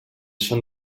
són